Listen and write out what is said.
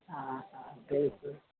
हा हा बिल्कुलु